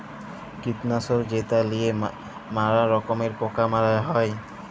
কীটলাসক যেট লিঁয়ে ম্যালা রকমের পকা মারা হ্যয়